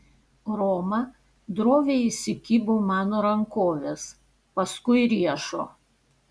roma droviai įsikibo mano rankovės paskui riešo